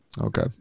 Okay